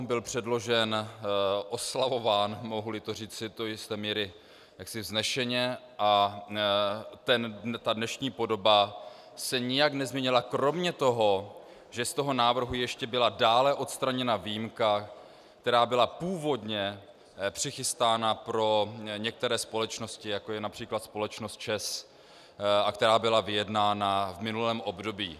Byl předložen, oslavován, mohuli to říci do jisté míry jaksi vznešeně, a dnešní podoba se nijak nezměnila kromě toho, že z toho návrhu ještě byla dále odstraněna výjimka, která byla původně přichystána pro některé společnosti, jako je např. společnost ČEZ, která byla vyjednána v minulém období.